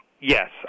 yes